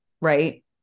right